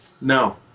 No